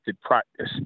practice